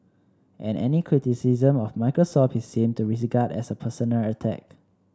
and any criticism of Microsoft he seemed to as a personal attack